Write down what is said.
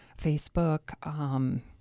Facebook